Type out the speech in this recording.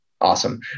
awesome